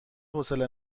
حوصله